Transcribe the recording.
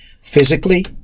Physically